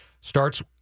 starts